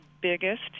biggest